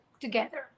together